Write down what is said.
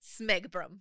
Smegbrum